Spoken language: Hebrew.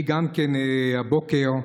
הבוקר,